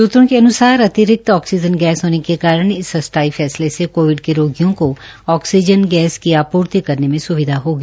सूत्रों के अनुसार अतिरिक्त आँकसीजन गैस होने के कारण इस अस्थाई फैसले से कोविड के रोगियों को ऑक्सीजन गैस की आप्रर्ति करने में सुविधा होगी